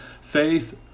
Faith